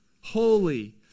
holy